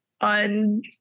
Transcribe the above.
on